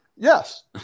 Yes